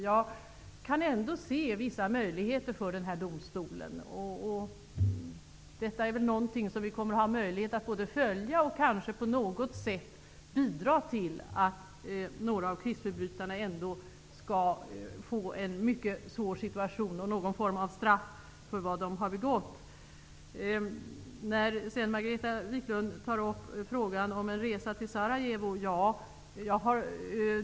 Jag kan ändå se vissa möjligheter för denna domstol. Detta är väl någongting som vi kommer att ha möjlighet att följa, och kanske kan vi på något sätt bidra till att några av krigsförbrytarna ändå skall få en mycket svår situation och någon form av straff. Margareta Viklund tar även upp frågan om en resa till Sarajevo.